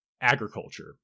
agriculture